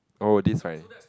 oh this right